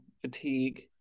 fatigue